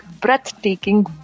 breathtaking